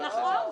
נכון.